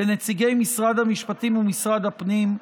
לנציגי משרד המשפטים ומשרד הפנים,